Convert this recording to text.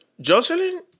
Jocelyn